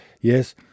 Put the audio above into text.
Yes